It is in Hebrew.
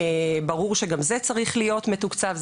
ברור שגם זה צריך להיות מתוקצב.